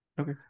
Okay